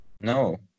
No